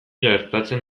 gertatzen